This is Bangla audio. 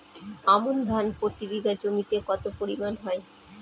আমন ধান প্রতি বিঘা জমিতে কতো পরিমাণ হয়?